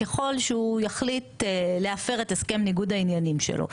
ככל שהוא יחליט להפר את הסכם ניגוד העניינים שלו?